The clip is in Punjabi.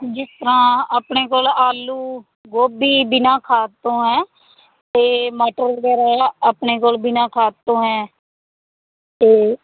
ਜਿਸ ਤਰ੍ਹਾਂ ਆਪਣੇ ਕੋਲ ਆਲੂ ਗੋਭੀ ਬਿਨਾ ਖਾਦ ਤੋਂ ਹੈ ਅਤੇ ਮਟਰ ਵਗੈਰਾ ਹੈ ਆਪਣੇ ਕੋਲ ਬਿਨਾ ਖਾਦ ਤੋਂ ਹੈ ਅਤੇ